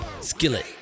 Skillet